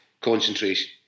concentration